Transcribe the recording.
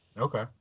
Okay